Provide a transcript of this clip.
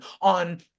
on